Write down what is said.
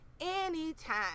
anytime